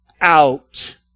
out